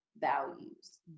values